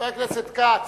חבר הכנסת כץ,